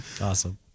Awesome